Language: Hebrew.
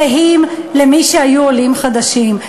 זהים, למי שהיו עולים חדשים.